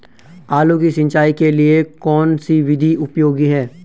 आलू की सिंचाई के लिए कौन सी विधि उपयोगी है?